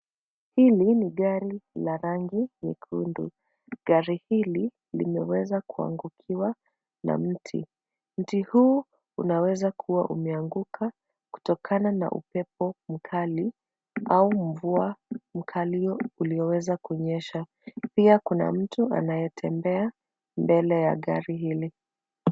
Hili ni gari la rangi nyekundu, gari hili limeweza kuangukiwa na mti. Mti huu unaweza kua umeanguka kutokana na uepo mkali au mvua mkali ulioweza kunyesha. Pia kuna mtu anayetembea mbele ya gari hili.